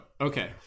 okay